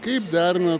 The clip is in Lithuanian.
kaip derinat